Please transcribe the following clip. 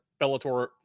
Bellator